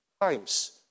times